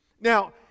now